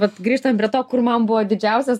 vat grįžtam prie to kur man buvo didžiausias